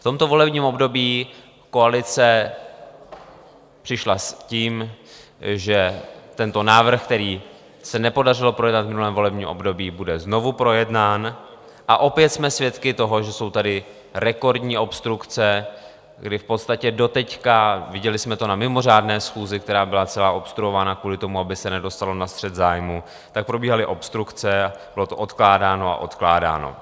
V tomto volebním období koalice přišla s tím, že tento návrh, který se nepodařilo projednat v minulém volebním období, bude znovu projednán, a opět jsme svědky toho, že jsou tady rekordní obstrukce, kdy v podstatě doteď viděli jsme to na mimořádné schůzi, která byla celá obstruována kvůli tomu, aby se nedostalo na střet zájmů probíhaly obstrukce, bylo to odkládáno a odkládáno.